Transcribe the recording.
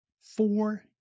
four